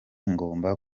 ngomba